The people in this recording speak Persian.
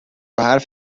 حرف